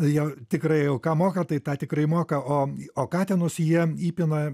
jo tikrai jau ką moka tai tą tikrai moka o o katinus jie įpina